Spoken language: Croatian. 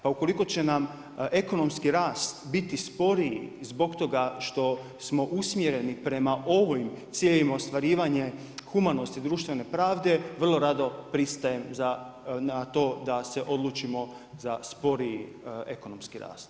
Pa ukoliko će nam ekonomski rast bit sporiji zbog toga što smo usmjereni prema ovoj ciljevima ostvarivanja humanosti društvene pravde, vrlo rado pristajem na to da se odlučimo na sporiji ekonomski rast.